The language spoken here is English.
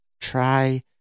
try